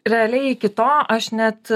realiai iki to aš net